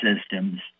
systems